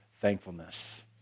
thankfulness